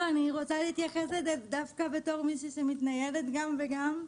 אני רוצה להתייחס לזה דווקא כמי שמתניידת גם וגם.